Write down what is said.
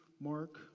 Mark